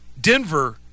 Denver